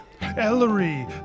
Ellery